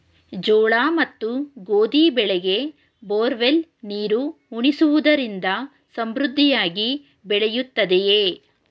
ಜೋಳ ಮತ್ತು ಗೋಧಿ ಬೆಳೆಗೆ ಬೋರ್ವೆಲ್ ನೀರು ಉಣಿಸುವುದರಿಂದ ಸಮೃದ್ಧಿಯಾಗಿ ಬೆಳೆಯುತ್ತದೆಯೇ?